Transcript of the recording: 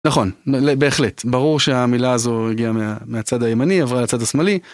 נכון בהחלט ברור שהמילה הזו הגיעה מהצד הימני עברה לצד השמאלי.